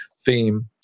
theme